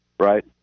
right